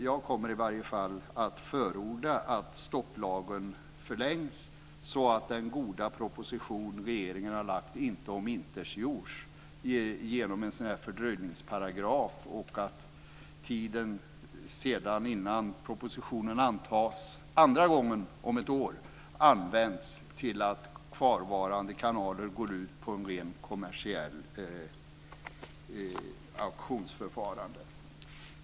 Jag kommer i varje fall att förorda att stopplagen förlängs så att den goda proposition regeringen har lagt fram inte omintetgörs genom en fördröjningsparagraf och att tiden innan propositionen antas för andra gången om ett år används till att kvarvarande kanaler går ut på en rent kommersiell auktion.